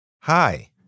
Hi